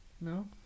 No